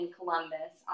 Columbus